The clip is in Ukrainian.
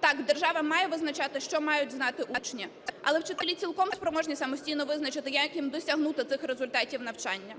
Так, держава має визначати, що мають знати учні, але вчителі цілком спроможні самостійно визначити як їм досягнути цих результатів навчання.